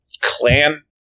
clan